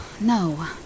No